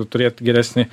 turėt geresnį